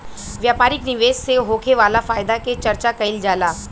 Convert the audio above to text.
व्यापारिक निवेश से होखे वाला फायदा के चर्चा कईल जाला